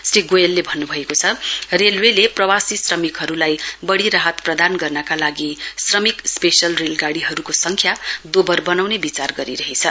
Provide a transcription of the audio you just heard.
श्री गोयलले भन्नुभएको छ रेलवेले प्रवासी क्षमिकहरूलाई बढी राहत प्रदान गर्नका लागि श्रमिक स्पेशल रेलगाड़ीहरूको संख्या दोवर बनाउने विचार गरिरहेछ